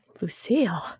Lucille